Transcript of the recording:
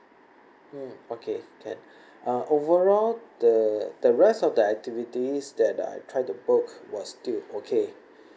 hmm okay can uh overall the the rest of the activities that I try to book was still okay